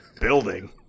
building